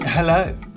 Hello